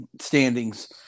standings